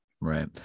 right